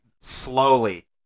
slowly